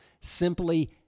simply